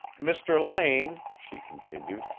mr. lane, she continued,